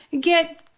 get